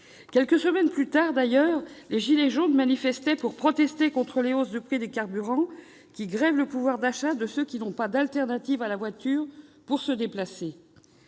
Quelques semaines plus tard, les « gilets jaunes » manifestaient pour protester contre les hausses de prix des carburants, qui grèvent le pouvoir d'achat de ceux qui n'ont pas de solution alternative à la voiture pour se déplacer.